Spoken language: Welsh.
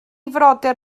frodyr